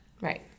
Right